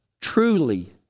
truly